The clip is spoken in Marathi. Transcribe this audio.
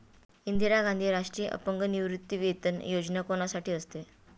इंदिरा गांधी राष्ट्रीय अपंग निवृत्तीवेतन योजना कोणासाठी असते?